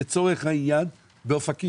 לצורך העניין, באופקים.